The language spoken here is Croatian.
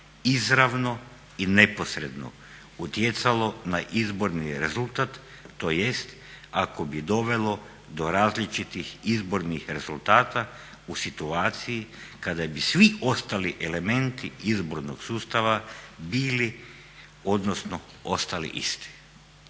izravno i neposredno utjecalo na izborni rezultat tj. ako bi dovelo do različitih izbornih rezultata kada bi svi ostali elementi izbornog sustava bili odnosno ostali isti.